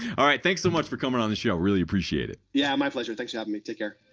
alright. thanks so much for coming on the show, really appreciate it. yeah, my pleasure. thanks for having me. take care.